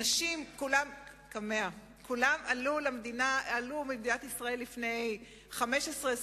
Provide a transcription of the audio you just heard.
אנשים שכולם עלו למדינת ישראל לפני 15 20